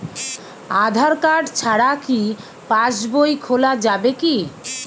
আধার card ছাড়া কি পাসবই খোলা যাবে কি?